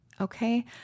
Okay